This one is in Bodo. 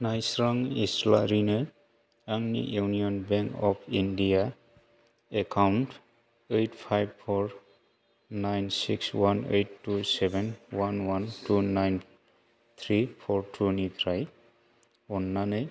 नायस्रां इस्लारिनो आंनि union bank of India account eight five four nine six one eight two seven one one two nine three four two निफ्राय अन्नानै